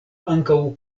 ankaŭ